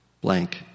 blank